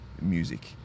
music